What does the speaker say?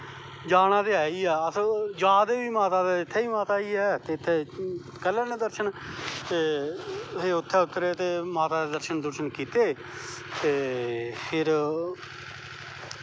जाना ते है गै अस जा दे माता दै इत्थें बी माता गै ऐ ते करी लैन्नें आं दर्शन ते उत्थें उतरे ते माता दे दर्शन दुर्शन कीते ते फिर